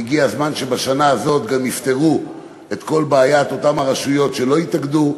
והגיע הזמן שבשנה הזאת גם יפתרו את כל בעיית אותן הרשויות שלא התאגדו,